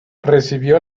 recibió